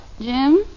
Jim